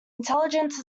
intelligence